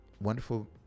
wonderful